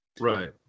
Right